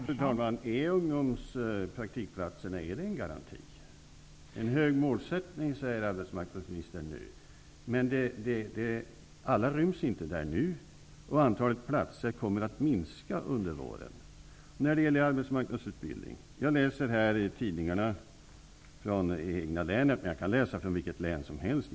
Fru talman! Är ungdomspraktikplatserna en garanti? Arbetsmarknadsministern talar om en hög målsättning. Men alla ryms inte inom denna åtgärd nu, och antalet platser kommer att minska under våren. Jag läser tidningarna från mitt eget län, men jag kan läsa tidningar från vilket län som helst.